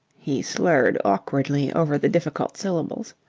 he slurred awkwardly over the difficult syllables.